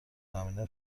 زمینه